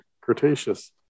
Cretaceous